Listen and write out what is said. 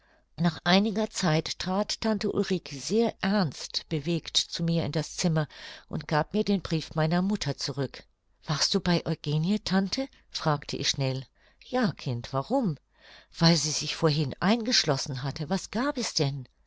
nach einiger zeit trat tante ulrike sehr ernst bewegt zu mir in das zimmer und gab mir den brief meiner mutter zurück warst du bei eugenie tante fragte ich schnell ja kind warum weil sie sich vorhin eingeschlossen hatte was gab es denn